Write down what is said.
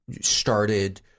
started